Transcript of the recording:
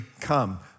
come